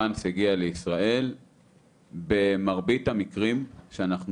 מרגע שהוא הגיע לישראל במרבית המקרים שאנחנו